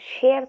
share